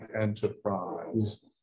enterprise